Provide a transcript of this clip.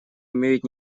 имеют